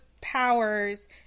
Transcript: powers